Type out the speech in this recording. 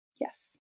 Yes